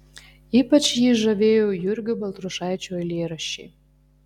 ypač jį žavėjo jurgio baltrušaičio eilėraščiai